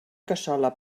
cassola